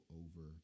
over